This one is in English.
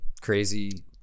Crazy